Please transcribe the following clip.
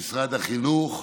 החינוך.